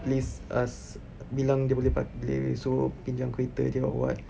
please ask bilang dia boleh pa~ boleh suruh pinjam kereta dia or what